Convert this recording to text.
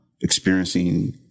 experiencing